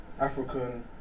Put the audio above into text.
African